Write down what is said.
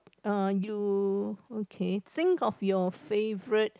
err you okay think of your favorite